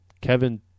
Kevin